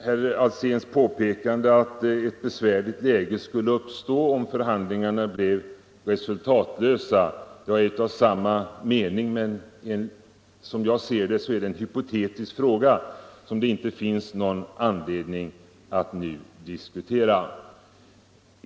Herr Alsén påpekade att ett besvärligt läge skulle uppstå om förhandlingarna blev resultatlösa. Jag är av samma mening, men som jag ser det är detta en hypotetisk fråga, som det inte finns någon anledning att nu diskutera.